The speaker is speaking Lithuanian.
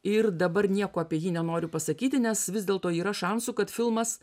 ir dabar nieko apie jį nenoriu pasakyti nes vis dėlto yra šansų kad filmas